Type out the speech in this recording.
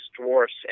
dwarfs